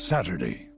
Saturday